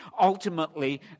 Ultimately